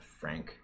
Frank